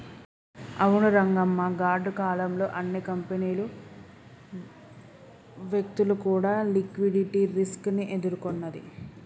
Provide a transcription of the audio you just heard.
అవును రంగమ్మ గాడ్డు కాలం లో అన్ని కంపెనీలు వ్యక్తులు కూడా లిక్విడిటీ రిస్క్ ని ఎదుర్కొన్నది